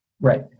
Right